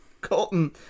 Colton